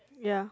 ya